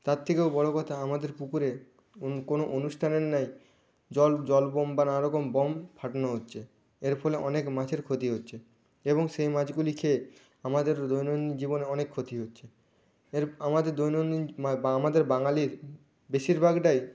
তার থেকেও বড়ো কথা আমাদের পুকুরে কোনো অনুষ্ঠানের ন্যায় জল জল বোম বা নানা রকম বোম ফাটানো হচ্ছে এর ফলে অনেক মাছের ক্ষতি হচ্ছে এবং সেই মাছগুলি খেয়ে আমাদেরও দৈনন্দিন জীবনে অনেক ক্ষতি হচ্ছে এর আমাদের দৈনন্দিন আমাদের বাঙালির বেশিরভাগটাই